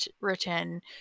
written